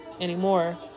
anymore